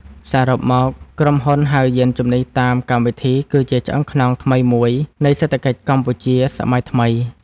សរុបមក ក្រុមហ៊ុនហៅយានជំនិះតាមកម្មវិធី គឺជាឆ្អឹងខ្នងថ្មីមួយនៃសេដ្ឋកិច្ចកម្ពុជាសម័យថ្មី។